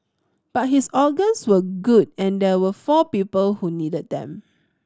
but his organs were good and there were four people who needed them